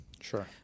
Sure